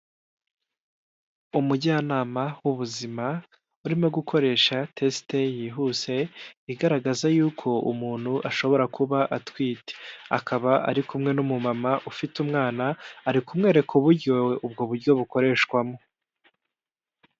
Umujyanama w'ubuzima urimo gukoresha tesite yihuse igaragaza y'uko umuntu ashobora kuba atwite, akaba ari kumwe n'umumama ufite umwana, ari kumwereka uburyo ubwo buryo bukoreshwamo.